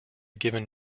given